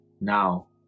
Now